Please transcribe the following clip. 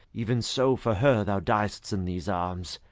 even so for her thou diest in these arms,